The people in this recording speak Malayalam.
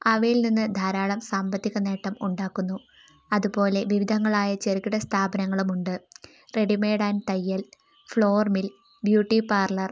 അവയിൽ നിന്ന് ധാരാളം സാമ്പത്തിക നേട്ടം ഉണ്ടാക്കുന്നു അതുപോലെ വിവിധങ്ങളായ ചെറുകിടസ്ഥാപനങ്ങളും ഉണ്ട് റെഡി മെയ്ഡ് ആൻഡ് തയ്യൽ ഫ്ലോർ മിൽ ബ്യൂട്ടി പാർലർ